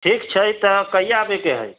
ठीक छै तऽ कहिया आबै के है